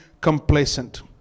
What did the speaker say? complacent